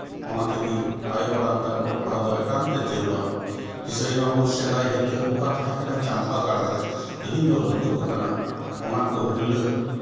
ᱚᱱᱟ ᱛᱮᱜᱮ ᱟᱭᱳ ᱟᱲᱟᱝ ᱛᱮ ᱮᱠᱟᱱᱛᱮ ᱡᱟᱹᱨᱩᱲᱟ ᱫᱤᱥᱟᱹᱭ ᱢᱟᱵᱚᱱ ᱥᱮᱫᱟᱭ ᱦᱤᱞᱳᱜ ᱚᱠᱟ ᱛᱟᱦᱮᱸ ᱠᱟᱱᱟ ᱪᱟᱢᱯᱟ ᱜᱟᱲ ᱨᱮ ᱛᱮᱦᱮᱧ ᱫᱚ ᱞᱟᱹᱫᱩᱵ ᱢᱮᱱᱟᱜᱼᱟ ᱚᱱᱟ ᱠᱚ ᱦᱤᱨᱞᱟᱹ